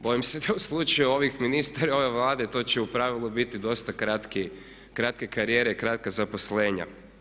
Bojim se da u slučaju ovih ministra i ove Vlade to će u pravilu biti dosta kratke karijere, kratka zaposlenja.